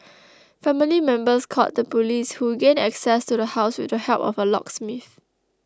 family members called the police who gained access to the house with the help of a locksmith